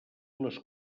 les